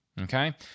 Okay